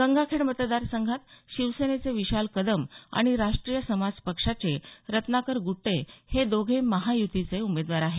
गंगाखेड मतदार संघात शिवसेनेचे विशाल कदम आणि राष्ट्रीय समाज पक्षाचे रत्नाकर गुट्टे हे दोघे महायुतीचे उमेदवार आहेत